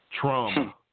Trauma